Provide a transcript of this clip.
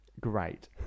Great